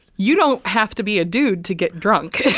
you don't have to be a dude to get drunk.